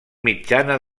mitjana